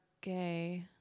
gay